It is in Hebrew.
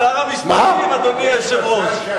שר המשפטים, אדוני היושב-ראש.